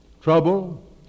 trouble